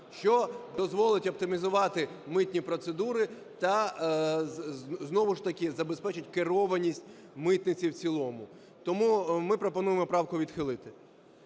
що дозволить оптимізувати митні процедури та знову ж таки забезпечить керованість митниці в цілому. Тому ми пропонуємо правку відхилити.